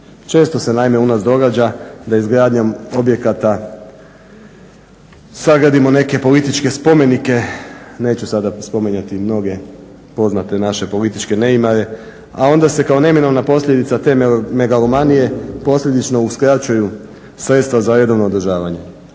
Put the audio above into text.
Često se naime u nas događa da izgradnjom objekata sagradimo neke političke spomenike, neću sada spominjati mnoge poznate naše političke …, a onda se kao neminovna posljedica te megalomanije posljedično uskraćuju sredstva za redovno održavanje.